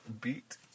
Beat